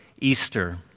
Easter